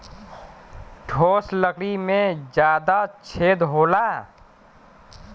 ठोस लकड़ी में जादा छेद होला